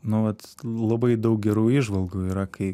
nu vat labai daug gerų įžvalgų yra kai